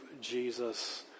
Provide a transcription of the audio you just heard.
Jesus